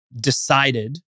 decided